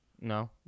no